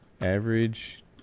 average